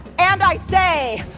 and i say,